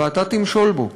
"ואתה תמשל בו".